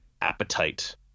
appetite